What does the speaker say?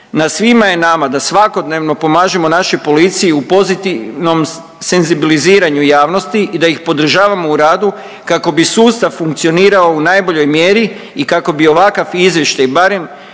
na svima je nama da svakodnevno pomažemo našoj policiji u pozitivnom senzibiliziranju javnosti i da ih podržavamo u radu kako bi sustav funkcionirao u najboljoj mjeri i kako bi ovakav izvještaj barem